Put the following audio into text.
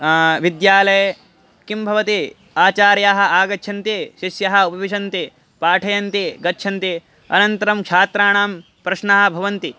विद्यालये किं भवति आचार्याः आगच्छन्ति शिष्यः उपविशन्ति पाठयन्ति गच्छन्ति अनन्तरं छात्राणां प्रश्नाः भवन्ति